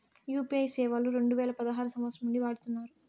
UPI సేవలు రెండు వేల పదహారు సంవచ్చరం నుండి వాడుతున్నారు